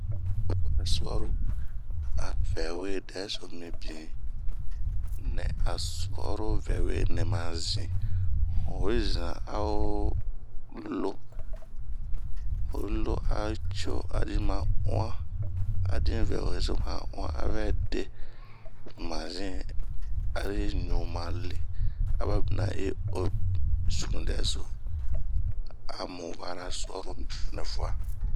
Oyi we'aa su'aro, a vɛwe dɛso mibin, nɛ a su'aro wɛwe nɛma zin, hanyi zan aho loo, acio adin ma uan, avɛ dee mazinh, ari ɲuma lee a ii deh sunu dɛso a mu we su'aro nɛ fuaa.